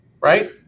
right